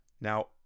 Now